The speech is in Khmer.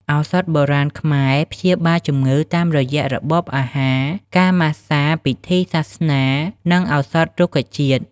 ឱសថបុរាណខ្មែរព្យាបាលជំងឺតាមរយៈរបបអាហារ ការម៉ាស្សា ពិធីសាសនា និងឱសថរុក្ខជាតិ។